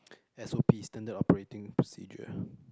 S_O_P Standard operating procedure